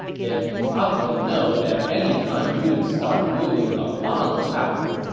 then you probably know that any time eunuchs start wielding a lot of power,